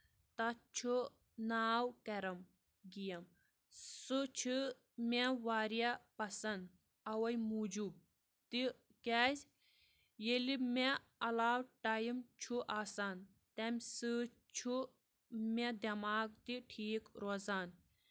تَتھ چھُ ناو کیرم گیم سُہ چھُ مےٚ واریاہ پسنٛد آوے موجوٗب تہِ کیٚازِ ییٚلہِ مےٚ علاوٕ ٹایم چھُ آسان تَمہِ سۭتۍ چھُ مےٚ دٮ۪ماغ تہِ ٹھیٖک روزان